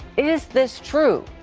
is this true?